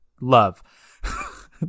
love